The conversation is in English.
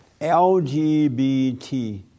LGBT